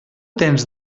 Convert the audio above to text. temps